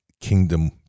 kingdom